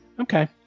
Okay